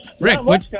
Rick